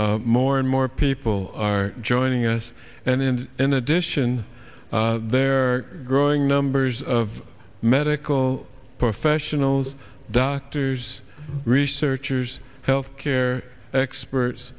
more and more people are joining us and in addition there are growing numbers of medical professionals doctors researchers health care experts